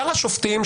שאר השופטים,